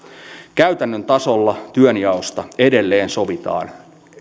käytännön tasolla työnjaosta edelleen sovitaan